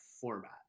format